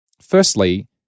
Firstly